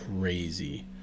crazy